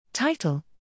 Title